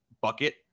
bucket